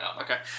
Okay